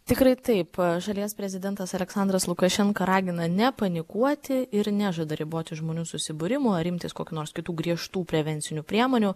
tikrai taip šalies prezidentas aleksandras lukašenka ragina nepanikuoti ir nežada riboti žmonių susibūrimų ar imtis kokių nors kitų griežtų prevencinių priemonių